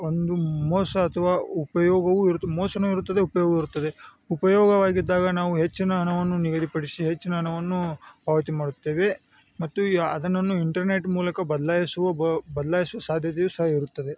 ಒಂದು ಮೋಸ ಅಥ್ವ ಉಪಯೋಗವೂ ಇರುತ್ತೆ ಮೋಸನು ಇರುತ್ತದೆ ಉಪಯೋಗವು ಇರುತ್ತದೆ ಉಪಯೋಗವಾಗಿದ್ದಾಗ ನಾವು ಹೆಚ್ಚಿನ ಹಣವನ್ನು ನಿಗದಿಪಡಿಸಿ ಹೆಚ್ಚಿನ ಹಣವನ್ನು ಪಾವತಿ ಮಾಡುತ್ತೇವೆ ಮತ್ತು ಯಾ ಅದನ್ನು ಇಂಟರ್ನೆಟ್ ಮೂಲಕ ಬದಲಾಯಿಸುವ ಬದ್ಲಾಯಿಸೊ ಸಾಧ್ಯತೆಯು ಸಹ ಇರುತ್ತದೆ